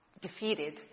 defeated